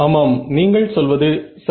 ஆமாம் நீங்கள் சொல்வது சரி